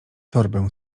torbę